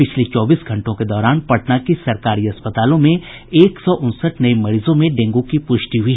पिछले चौबीस घंटों के दौरान पटना के सरकारी अस्पतालों में एक सौ उनसठ नये मरीजों में डेंगू की पुष्टि हुई